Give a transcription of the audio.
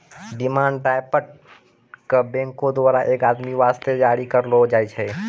demand draft क बैंको द्वारा एक आदमी वास्ते जारी करलो जाय छै